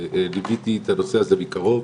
ליוויתי את הנושא הזה מקרוב,